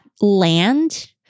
land